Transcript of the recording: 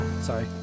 sorry